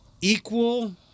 equal